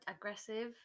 Aggressive